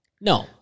No